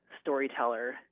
storyteller